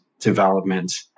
development